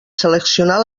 seleccionar